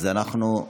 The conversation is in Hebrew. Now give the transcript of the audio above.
לא.